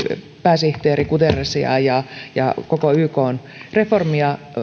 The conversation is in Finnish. pääsihteeri guterresia ja ja koko ykn reformia